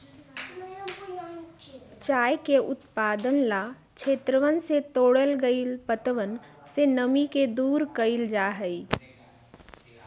चाय के उत्पादन ला क्षेत्रवन से तोड़ल गैल पत्तवन से नमी के दूर कइल जाहई